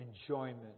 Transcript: enjoyment